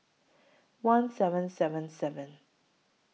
one seven seven seven